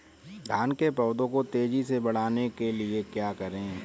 धान के पौधे को तेजी से बढ़ाने के लिए क्या करें?